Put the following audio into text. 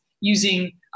using